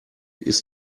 ist